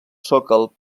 sòcol